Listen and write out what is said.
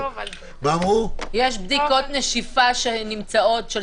יש בדיקות נשיפה שנמצאות,